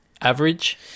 average